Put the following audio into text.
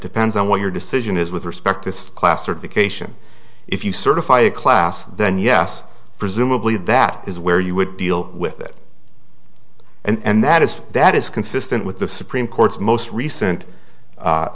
depends on what your decision is with respect to class certification if you certify a class then yes presumably that is where you would deal with it and that is that is consistent with the supreme court's most recent